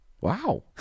Wow